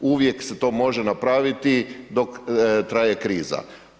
Uvijek se to može napraviti dok traje kriza.